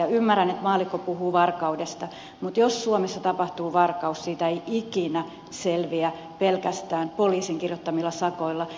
ymmärrän että maallikko puhuu varkaudesta mutta jos suomessa tapahtuu varkaus siitä ei ikinä selviä pelkästään poliisin kirjoittamilla sakoilla